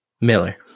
Miller